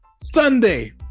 Sunday